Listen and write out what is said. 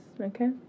Okay